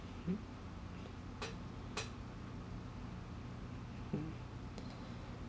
hmm hmm